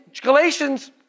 Galatians